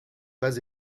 pas